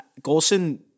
Golson